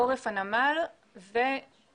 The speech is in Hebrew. עורף הנמל ובלב